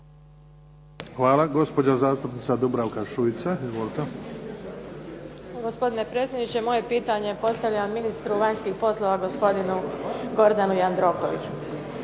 Šuica. Izvolite. **Šuica, Dubravka (HDZ)** Gospodine predsjedniče, moje pitanje postavljam ministru vanjskih poslova gospodinu Gordanu Jandrokoviću.